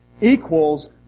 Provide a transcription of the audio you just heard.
equals